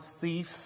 thief